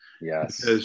Yes